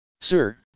Sir